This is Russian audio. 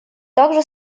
также